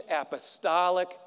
apostolic